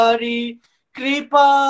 Kripa